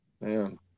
Man